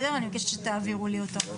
אני מבקשת שתעבירו לי אותו.